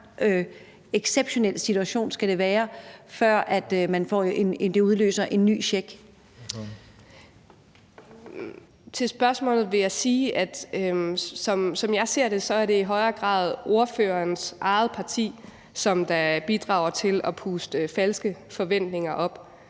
(Christian Juhl): Ordføreren. Kl. 17:44 Anne Paulin (S): Til spørgsmålet vil jeg sige, at som jeg ser det, er det i højere grad ordførerens eget parti, som bidrager til at puste falske forventninger op